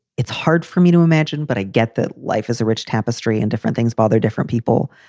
it's hard for me to imagine, but i get that life is a rich tapestry and different things bother different people.